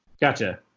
Gotcha